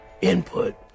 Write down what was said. input